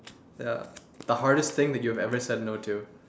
ya the hardest thing that you have ever said no to